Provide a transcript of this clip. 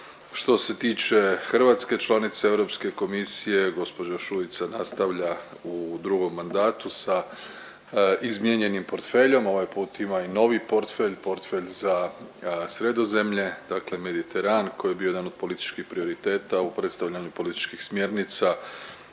Što se tiče hrvatske članice Europske komisije gđa. Šuica nastavlja u drugom mandatu sa izmijenjenim portfeljem, ovaj put ima i novi portfelj, portfelj za Sredozemlje, dakle Mediteran koji je bio jedan od političkih prioriteta u predstavljanju političkih smjernica